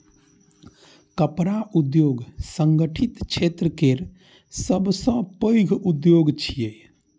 कपड़ा उद्योग संगठित क्षेत्र केर सबसं पैघ उद्योग छियै